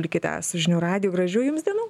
likite su žinių radiju gražių jums dienų